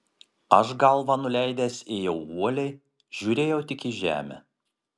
aš galvą nuleidęs ėjau uoliai žiūrėjau tik į žemę